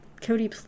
Cody